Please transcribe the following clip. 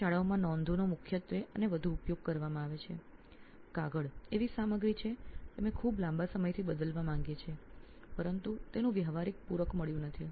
શાળાઓમાં મુખ્યત્વે નોંધપોથીઓનો ખૂબ વધુ ઉપયોગ કરવામાં આવે છે તે હકીકતને ધ્યાનમાં લેતા અને કાગળ એક એવી સામગ્રી છે જેને આપણે ખૂબ લાંબા સમયથી બદલવા માગીએ છીએ પરંતુ તેનું યોગ્ય પૂરક આપણને મળ્યું નથી